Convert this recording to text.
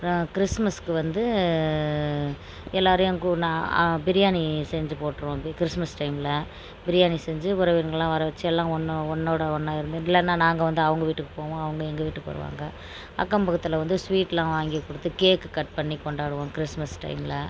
அப்புறம் கிறிஸ்மஸ்க்கு வந்து எல்லோரையும் கூ நான் பிரியாணி செஞ்சு போட்டுருவோம் கிறிஸ்மஸ் டைமில் பிரியாணி செஞ்சு உறவினர்களெலாம் வர வச்சு எல்லாம் ஒன்று ஒன்றோட ஒன்றா இருந்து இல்லைனா நாங்கள் வந்து அவங்க வீட்டுக்கு போவோம் அவங்க எங்கள் வீட்டுக்கு வருவாங்க அக்கம் பக்கத்தில் வந்து ஸ்வீட்லாம் வாங்கி கொடுத்து கேக்கு கட் பண்ணி கொண்டாடுவோம் கிறிஸ்மஸ் டைமில்